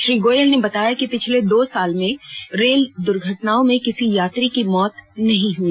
श्री गोयल ने बताया कि पिछले दो साल में रेल दुर्घटनाओं में किसी यात्री की मौत नहीं हई